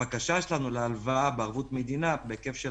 הבקשה שלנו להלוואה בערבות מדינה בהיקף של